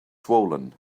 swollen